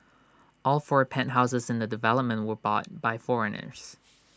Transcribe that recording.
all four penthouses in the development were bought by foreigners